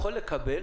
לקבל